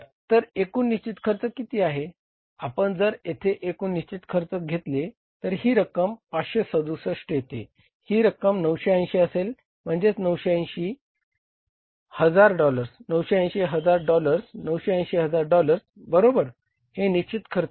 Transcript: तर एकूण निश्चित खर्च किती आहे आपण जर येथे एकूण निश्चित खर्च घेतले तर ही रक्कम 567 येते ही रक्कम 980 असेल म्हणजेच 980 हजार डॉलर्स 980 हजार डॉलर्स 980 हजार डॉलर्स बरोबर हे निश्चित खर्च आहे